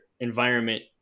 environment